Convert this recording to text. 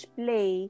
play